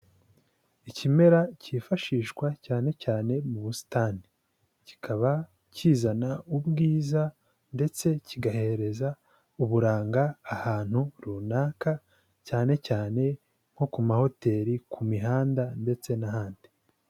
Ikimera cyifashishwa cyane cyane mu busitani, kikaba kizana ubwiza ndetse kigahereza uburanga ahantu runaka, cyane cyane nko ku mahoteli ku mihanda ndetse n'ahandi.